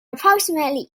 approximately